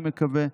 אני מקווה,